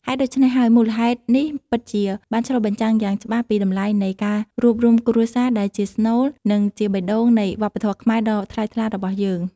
ហេតុដូច្នេះហើយ មូលហេតុនេះពិតជាបានឆ្លុះបញ្ចាំងយ៉ាងច្បាស់ពីតម្លៃនៃ ការរួបរួមគ្រួសារ ដែលជាស្នូល និងជាបេះដូងនៃវប្បធម៌ខ្មែរដ៏ថ្លៃថ្លារបស់យើង។